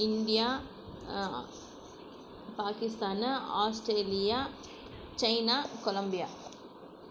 India Pakistan Australia China Columbia